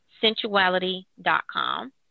sensuality.com